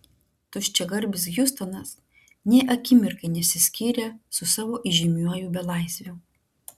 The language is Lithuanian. tuščiagarbis hiustonas nė akimirkai nesiskyrė su savo įžymiuoju belaisviu